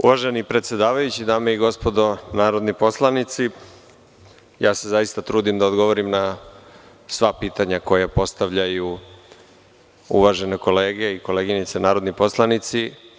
Uvaženi predsedavajući, dame i gospodo narodni poslanici, zaista se trudim da odgovorim na sva pitanja koja postavljaju uvažene kolege i koleginice narodni poslanici.